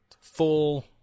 Full